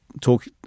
talk –